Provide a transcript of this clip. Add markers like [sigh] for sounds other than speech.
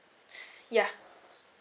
[breath] yeah